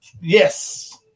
yes